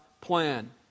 plan